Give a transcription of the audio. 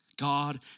God